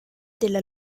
della